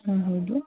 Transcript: ಹಾಂ ಹೌದು